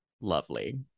lovely